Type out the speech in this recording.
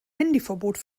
handyverbot